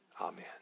Amen